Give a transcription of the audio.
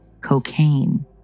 cocaine